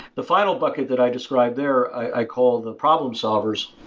the final bucket that i described there, i call the problem solvers,